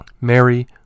Mary